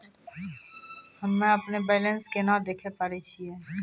हम्मे अपनो बैलेंस केना देखे पारे छियै?